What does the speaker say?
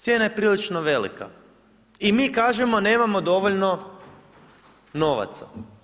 Cijena je prilično velika i mi kažemo nemamo dovoljno novaca.